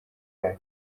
yayo